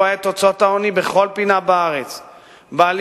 זאת תפיסה מעוותת של הנהגה, של תהליך מדיני.